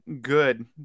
good